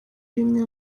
rimwe